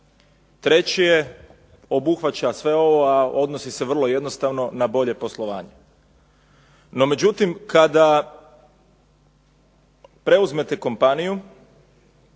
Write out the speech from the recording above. Treći obuhvaća sve ovo, a odnosi se vrlo jednostavno na bolje poslovanje. No međutim, kada preuzmete kompaniju